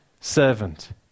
servant